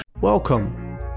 Welcome